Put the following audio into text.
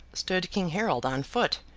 stood king harold on foot,